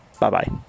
Bye-bye